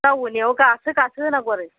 जावैनायाव गासो गासो होनांगौ आरो